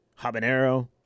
Habanero